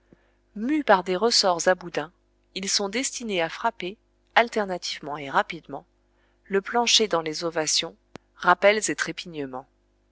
mus par des ressorts à boudin ils sont destinés à frapper alternativement et rapidement le plancher dans les ovations rappels et